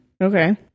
Okay